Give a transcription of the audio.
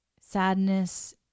sadness